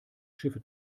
schiffe